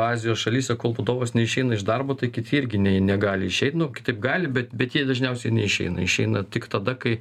azijos šalyse kol vadovas neišeina iš darbo tai kiti irgi ne negali išeit nu kitaip gali bet bet jie dažniausiai neišeina išeina tik tada kai